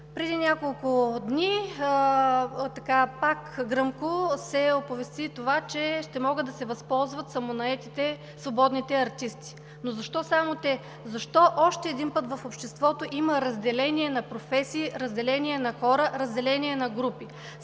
Преди няколко дни пак гръмко се оповести, че ще могат да се възползват самонаетите, свободните артисти. Но защо само те? Защо още един път в обществото има разделение на професии, разделение на хора, разделение на групи?